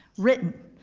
written.